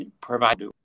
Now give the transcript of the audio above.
provide